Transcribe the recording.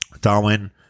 Darwin